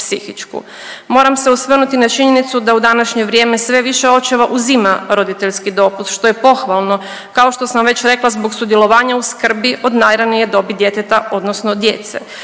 Moram se osvrnuti i na činjenicu da u današnje vrijeme sve više očeva uzima roditeljski dopust što je pohvalno kao što sam već rekla zbog sudjelovanja u skrbi od najranije dobi djeteta odnosno djece.